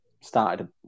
started